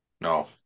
no